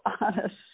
honest